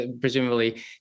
presumably